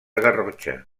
garrotxa